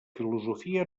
filosofia